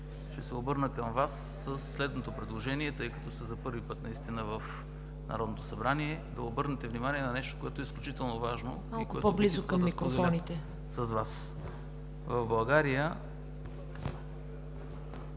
ще се обърна към Вас със следното предложение, тъй като сте за първи път в Народното събрание, да обърнете внимание на нещо, което е изключително важно и което искам да споделя с Вас. В България